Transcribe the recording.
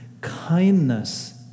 kindness